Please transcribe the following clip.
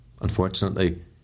Unfortunately